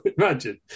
Imagine